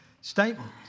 statement